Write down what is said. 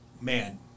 man